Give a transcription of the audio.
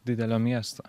didelio miesto